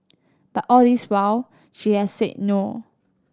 but all this while she has said no